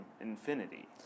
Infinity